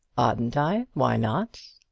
oughtn't i? why not?